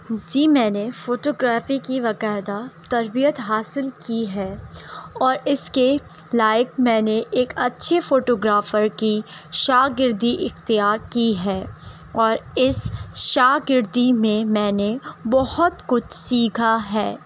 جی میں نے photography کی با قاعدہ تربیت حاصل کی ہے اور اس کے لائق میں نے ایک اچھے فوٹو گرافر کی شاگردی اختیار کی ہے اور اس شاگردی میں میں نے بہت کچھ سیکھا ہے